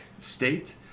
state